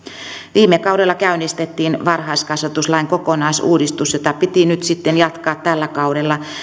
viime kaudella käynnistettiin varhaiskasvatuslain kokonaisuudistus jota piti nyt sitten jatkaa tällä kaudella